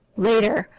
later,